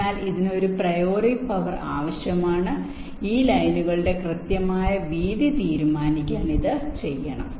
അതിനാൽ ഇതിന് ഒരു പ്രിയോറി പവർ ആവശ്യമാണ് ഈ ലൈനുകളുടെ കൃത്യമായ വീതി തീരുമാനിക്കാൻ ഇത് ചെയ്യണം